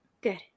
good